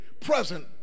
present